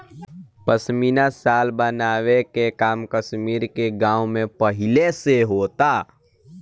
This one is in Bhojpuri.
पश्मीना शाल बनावे के काम कश्मीर के गाँव में पहिले से होता